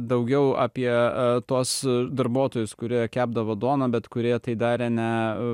daugiau apie a tuos darbuotojus kurie kepdavo duoną bet kurie tai darė ne